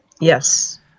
Yes